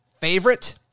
favorite